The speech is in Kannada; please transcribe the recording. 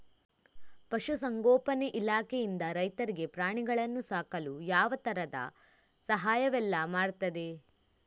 ಪಶುಸಂಗೋಪನೆ ಇಲಾಖೆಯಿಂದ ರೈತರಿಗೆ ಪ್ರಾಣಿಗಳನ್ನು ಸಾಕಲು ಯಾವ ತರದ ಸಹಾಯವೆಲ್ಲ ಮಾಡ್ತದೆ?